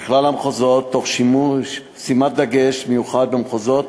בכלל המחוזות, תוך שימת דגש מיוחד במחוזות